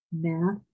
math